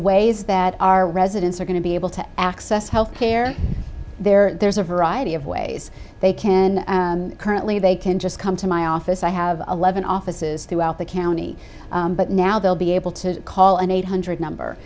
ways that our residents are going to be able to access health care they're there's a variety of ways they can currently they can just come to my office i have eleven offices throughout the county but now they'll be able to call an eight hundred number